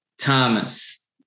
Thomas